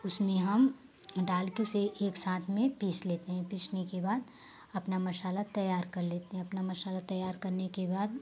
उसमें हम डाल के उसे एक साथ में पीस लेते हैं पीसने के बाद अपना मसाला तैयार कर लेते हैं अपना मसाला तैयार करने के बाद